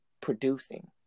producing